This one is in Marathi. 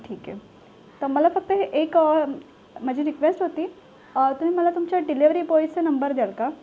ठीक आहे तर मला फक्त हे एक माझी रिक्वेस्ट होती तुम्ही मला तुमच्या डिलेव्हरी बॉयचा नंबर द्याल का